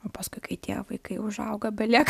o paskui kai tie vaikai užauga belieka